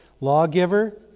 lawgiver